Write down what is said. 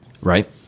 Right